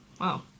wow